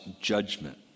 judgment